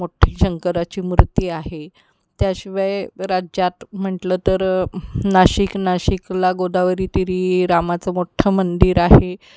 मोठ्ठी शंकराची मूर्ती आहे त्याशिवाय राज्यात म्हटलं तर नाशिक नाशिकला गोदावरीतीरी रामाचं मोठ्ठं मंदिर आहे